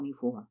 24